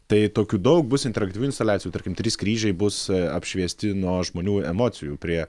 tai tokių daug bus interaktyvių instaliacijų tarkim trys kryžiai bus apšviesti nuo žmonių emocijų prie